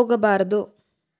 ಒಗಬಾರದು